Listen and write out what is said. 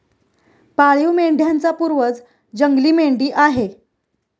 पाळीव मेंढ्यांचा पूर्वज जंगली मेंढी आहे